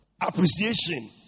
appreciation